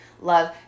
love